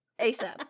asap